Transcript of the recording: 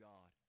God